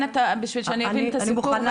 דן אתה, בשביל שאני אבין את הסיפור.